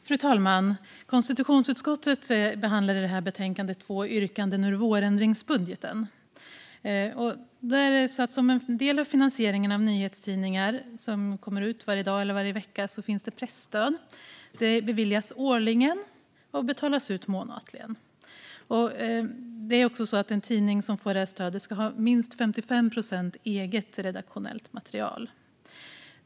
Fru talman! Konstitutionsutskottet behandlar i detta betänkande två yrkanden ur vårändringsbudgeten. Som en del av finansieringen av nyhetstidningar som kommer ut varje dag eller varje vecka finns presstödet. Det beviljas årligen och betalas ut månatligen. För att få detta stöd ska en tidning ha minst 55 procent eget redaktionellt material.